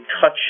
touch